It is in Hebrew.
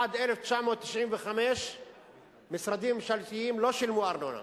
עד 1995 משרדים ממשלתיים לא שילמו ארנונה.